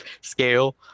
scale